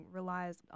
relies